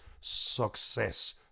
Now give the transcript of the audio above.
success